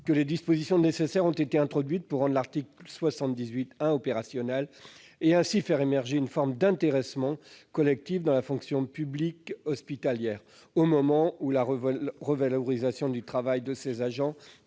que les dispositions nécessaires aient été introduites pour rendre l'article 78-1 opérationnel et faire ainsi émerger une forme d'intéressement collectif dans la fonction publique hospitalière, au moment où la revalorisation du travail de ces agents